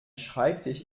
schreibtisch